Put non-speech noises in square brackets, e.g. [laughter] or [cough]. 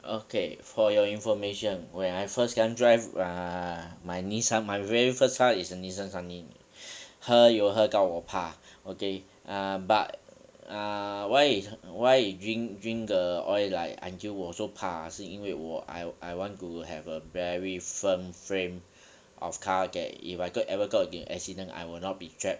okay for your information when I first time drive err my nis~ my very first car is a nissan sunny [breath] 喝油喝到我怕 okay err but err why is why it drink drink the oil like until 我 so 怕啊是因为我 I I want to have a very firm frame of car that if I got ever got into accident I will not be trapped